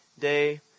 day